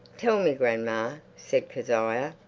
tell me, grandma, said kezia.